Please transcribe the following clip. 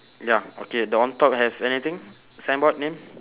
ya okay the on top have anything signboard name